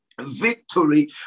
victory